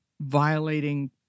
violating